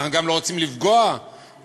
אנחנו גם לא רוצים לפגוע בערבים.